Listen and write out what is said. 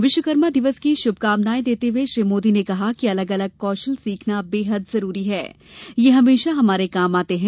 विश्वकर्मा दिवस की शुभकामनाये देते हुए श्री मोदी ने कहा कि अलग अलग कौशल सीखना बेहद जरूरी है ये हमेशा हमारे काम आते हैं